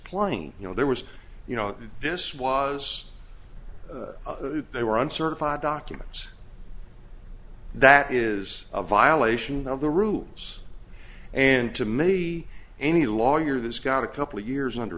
plain you know there was you know this was they were uncertified documents that is a violation of the rules and to maybe any lawyer that's got a couple of years under